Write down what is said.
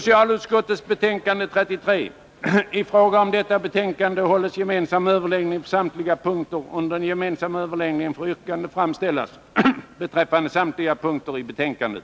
I fråga om detta betänkande hålles gemensam överläggning för samtliga punkter. Under den gemensamma överläggningen får yrkanden framställas beträffande samtliga punkter i betänkandet.